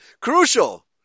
crucial